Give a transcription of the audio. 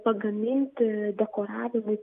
pagaminti dekoravimui